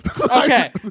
Okay